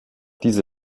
diese